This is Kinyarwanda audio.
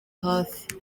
hafi